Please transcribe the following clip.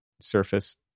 surface